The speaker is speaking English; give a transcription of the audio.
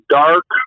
dark